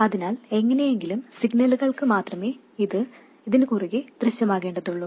അതിനാൽ എങ്ങനെയെങ്കിലും സിഗ്നലുകൾക്ക് മാത്രമേ ഇത് ഇതിന് കുറുകേ ദൃശ്യമാകേണ്ടതുള്ളു